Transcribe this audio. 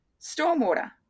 stormwater